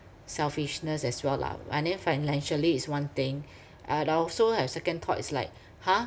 selfishness as well lah and then financially is one thing uh but I also have second thoughts like !huh!